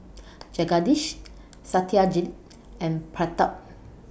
Jagadish Satyajit and Pratap